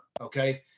Okay